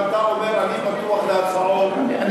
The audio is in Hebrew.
אם אתה אומר: אני פתוח להצעות לשמוע,